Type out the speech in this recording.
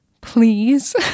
please